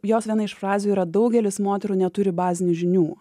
jos viena iš frazių yra daugelis moterų neturi bazinių žinių